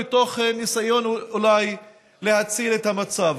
מתוך ניסיון אולי להציל את המצב.